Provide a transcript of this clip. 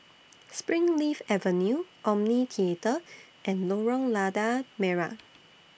Springleaf Avenue Omni Theatre and Lorong Lada Merah